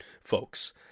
folks